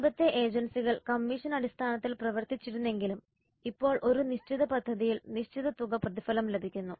മുമ്പത്തെ ഏജൻസികൾ കമ്മീഷൻ അടിസ്ഥാനത്തിൽ പ്രവർത്തിച്ചിരുന്നെങ്കിലും ഇപ്പോൾ ഒരു നിശ്ചിത പദ്ധതിയിൽ നിശ്ചിത തുക പ്രതിഫലം ലഭിക്കുന്നു